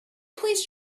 please